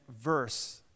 verse